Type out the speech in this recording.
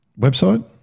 website